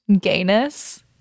gayness